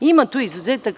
Ima tu izuzetaka.